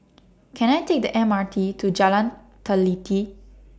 Can I Take The M R T to Jalan Teliti